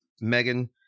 Megan